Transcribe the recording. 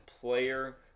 player